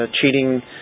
cheating